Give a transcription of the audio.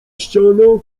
ściana